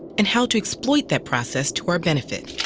and how to exploit that process to our benefit.